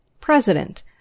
President